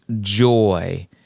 joy